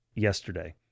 yesterday